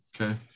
Okay